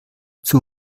zur